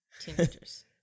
teenagers